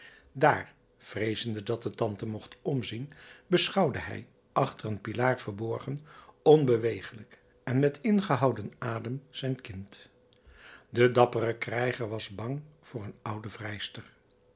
daar vreezende dat de tante mocht omzien beschouwde hij achter een pilaar verborgen onbewegelijk en met ingehouden adem zijn kind de dappere krijger was bang voor een oude vrijster